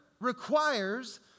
requires